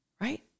right